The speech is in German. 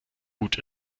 gut